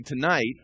tonight